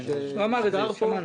הוא אמר את זה, שמענו.